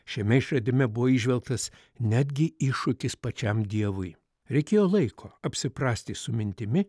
šiame išradime buvo įžvelgtas netgi iššūkis pačiam dievui reikėjo laiko apsiprasti su mintimi